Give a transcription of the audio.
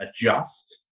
adjust